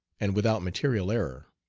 and without material error.